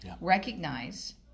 recognize